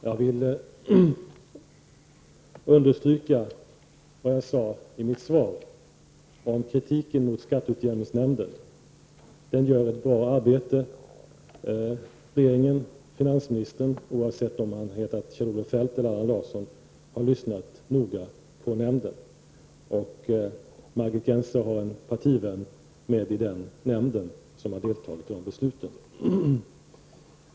Fru talman! Jag vill understryka vad jag sade i mitt svar om kritiken mot skatteutjämningsnämnden. Denna gör ett bra arbete. Regeringen inkl. finansministern -- oavsett om denne har hetat Kjell Olof Feldt eller Allan Larsson -- har lyssnat noga på nämnden. Dessutom har Margit Gennser en partivän som sitter med i den nämnden och som har deltagit i besluten.